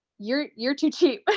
you're you're too cheap.